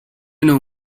نوع